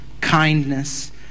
kindness